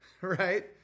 right